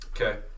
Okay